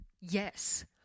Yes